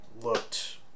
looked